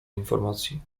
informacji